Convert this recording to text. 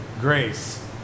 grace